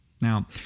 Now